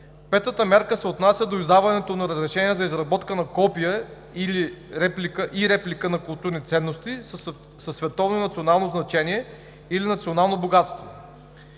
Петата мярка се отнася до издаването на разрешение за изработка на копие и реплика на културни ценности със световно и национално значение или национално богатство.